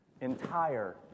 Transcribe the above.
Entire